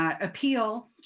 appeal